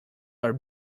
are